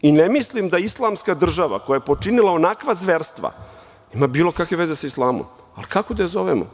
Ne mislim da Islamska država, koja je počinila onakva zverstva, ima bilo kakve veze sa islamom, ali kako da je zovemo?